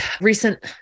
recent